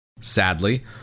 Sadly